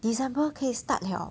december 可以 start liao